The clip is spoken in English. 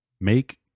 make